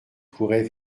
courait